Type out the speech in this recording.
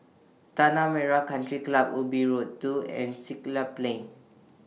Tanah Merah Country Club Ubi Road two and Siglap Plain